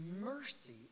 mercy